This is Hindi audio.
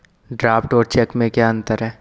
ड्राफ्ट और चेक में क्या अंतर है?